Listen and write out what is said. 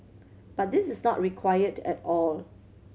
but this is not required at all